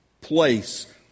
place